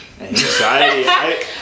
Anxiety